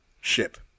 ship